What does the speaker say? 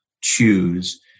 choose